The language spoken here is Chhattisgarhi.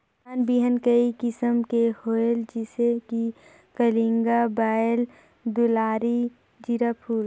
धान बिहान कई किसम के होयल जिसे कि कलिंगा, बाएल दुलारी, जीराफुल?